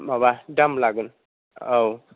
माबा दाम लागोन औ